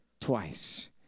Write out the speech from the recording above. twice